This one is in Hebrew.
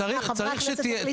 אז חברי הכנסת יחליטו שלא?